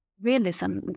Realism